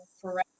forever